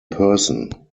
person